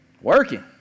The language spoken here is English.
working